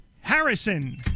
Harrison